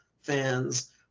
fans